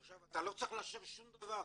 אתה לא צריך לאשר שום דבר,